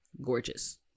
gorgeous